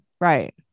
Right